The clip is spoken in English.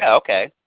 okay.